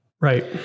Right